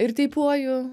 ir teipuoju